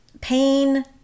pain